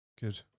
Good